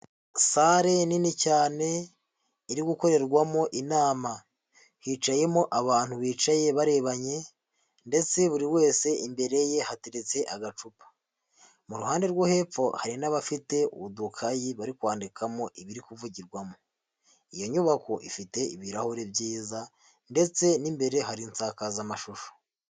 Sale nini cyane iri gukorerwamo inama, hicayemo abantu bicaye barebanye ndetse buri wese imbere ye hateretse agacupa, mu ruhande rwo hepfo hari n'abafite udukayi bari kwandikamo ibiri kuvugirwamo, iyo nyubako ifite ibirahure byiza ndetse n'imbere hari insakazamashusho.